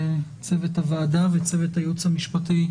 צוות הוועדה וצוות הייעוץ המשפטי,